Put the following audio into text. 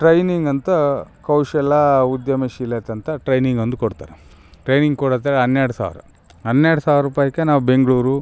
training ಅಂತ ಕೌಶಲ ಉದ್ಯಮಶೀಲತೆ ಅಂತ ಟ್ರೈನಿಂಗ್ ಒಂದ್ ಕೊಡ್ತರೆ ಟ್ರೈನಿಂಗ್ ಕೊಡತ್ರೆ ಹನ್ನೆರಡು ಸಾವಿರ ಹನ್ನೆರಡು ಸಾವಿರ ರೂಪಾಯಿಗೆ ನಾವು ಬೆಂಗ್ಳೂರು